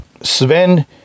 sven